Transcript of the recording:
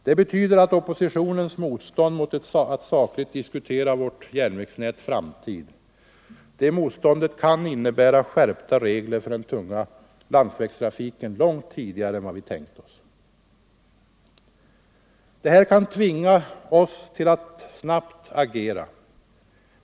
Det betyder att oppositionens motstånd mot att sakligt diskutera vårt järnvägsnäts framtid kan medföra skärpta regler för den tunga landsvägstrafiken långt tidigare än vad vi tänkt oss. Det motståndet kan tvinga oss till att snabbt agera.